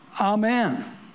Amen